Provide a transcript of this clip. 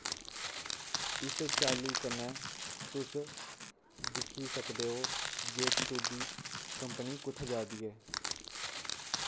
इस चाल्ली कन्नै तुस दिक्खी सकदे ओ जे तुं'दी कंपनी कु'त्थै जा'रदी ऐ